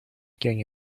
getting